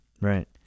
Right